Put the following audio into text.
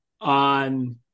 on